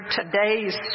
today's